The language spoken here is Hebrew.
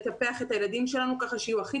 לטפח את הילדים שלנו ככה שיהיו הכי